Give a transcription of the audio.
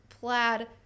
plaid